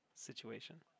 Situation